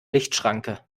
lichtschranke